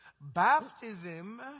baptism